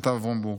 שכתב אברום בורג.